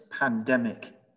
pandemic